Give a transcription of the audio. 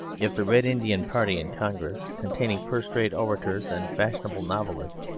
if the red indian party in congress, containing first-rate orators and fashionable novelists,